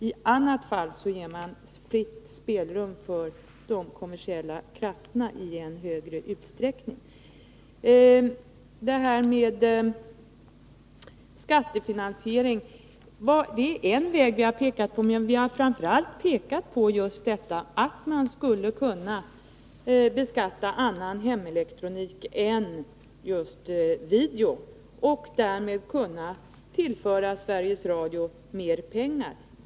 I annat fall ger man fritt spelrum för de kommersiella krafterna i än högre grad. Skattefinansiering är en väg vi har pekat på. Men vi har framför allt pekat på att man skulle kunna beskatta annan hemelektronik än just video och därmed kunna tillföra Sveriges Radio mer pengar.